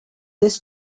this